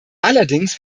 allerdings